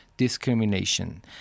discrimination